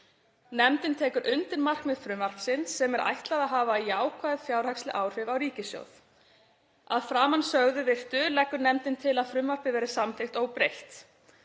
Nefndin tekur undir markmið frumvarpsins sem ætlað er að hafa jákvæð fjárhagsleg áhrif á ríkissjóð. Að framansögðu virtu leggur nefndin til að frumvarpið verði samþykkt óbreytt.